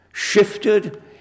shifted